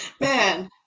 Man